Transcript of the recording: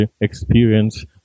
experience